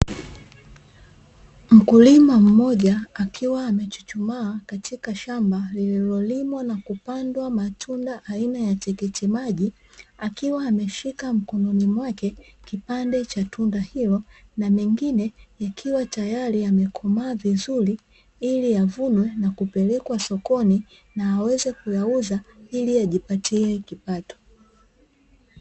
Mkulima mmoja akiwa amechuchumaa katika shamba lililolimwa na kupandwa matunda aina ya tikiti maji, akiwa ameshika mkononi mwake kipande cha tunda hilo na mengine yakiwa tayari yamekomaa vizuri ili yavunwe na kupelekwa sokoni na aweze kuyauza ili ajipatie kipato.